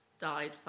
died